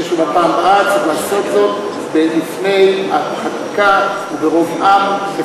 אני חושב שבפעם הבאה צריך לעשות זאת לפני החקיקה וברוב עם,